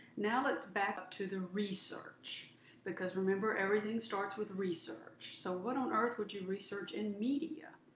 now let's back up to the research because remember everything starts with research. so what on earth would you research in media?